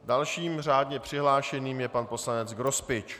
Dalším řádně přihlášeným je pan poslanec Grospič.